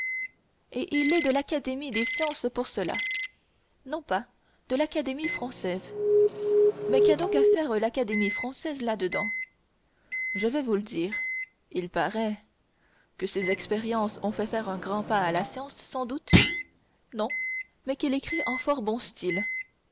et il est de l'académie des sciences pour cela non pas de l'académie française mais qu'a donc à faire l'académie française là-dedans je vais vous dire il paraît que ses expériences ont fait faire un grand pas à la science sans doute non mais qu'il écrit en fort bon style